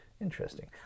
Interesting